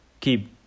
keep